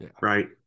right